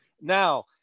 Now